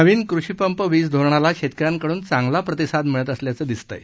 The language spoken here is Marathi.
नवीन कृषीपंप वीज धोरणाला शेतकऱ्यांकडून चांगला प्रतिसाद मिळत असल्याचं दिसत आहे